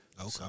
Okay